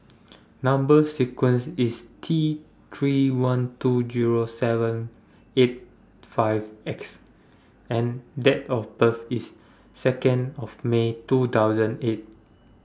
Number sequence IS T three one two Zero seven eight five X and Date of birth IS Second of May two thousand eight